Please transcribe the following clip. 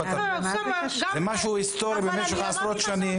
זה משהו היסטורי במשך עשרות שנים.